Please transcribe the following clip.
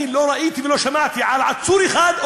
אני לא ראיתי ולא שמעתי על עצור אחד או